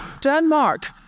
Denmark